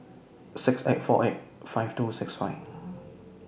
six eight four eight five two six five